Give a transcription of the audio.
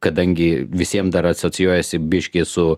kadangi visiem dar asocijuojasi biški su